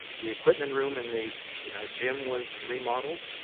the equipment room in the gym was remodeled.